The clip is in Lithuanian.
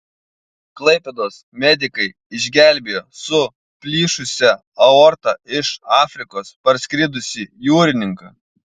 klaipėdos medikai išgelbėjo su plyšusia aorta iš afrikos parskridusį jūrininką